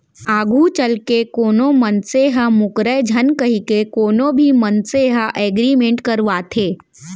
आघू चलके कोनो मनसे ह मूकरय झन कहिके कोनो भी मनसे ह एग्रीमेंट करवाथे